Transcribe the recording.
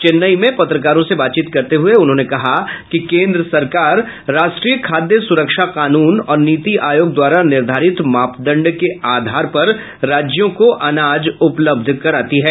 चेन्नई में पत्रकारों से बातचीत करते हुये उन्होंने कहा कि केन्द्र सरकार राष्ट्रीय खाद्य सुरक्षा कानून और नीति आयोग द्वारा निर्धारित मापदण्ड के आधार पर राज्यों को अनाज उपलब्ध कराती है